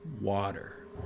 water